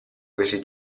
questi